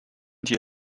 die